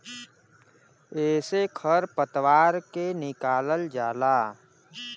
एसे खर पतवार के निकालल जाला